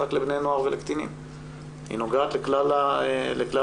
לבני נוער ולקטינים אלא היא נוגעת לכלל האוכלוסייה.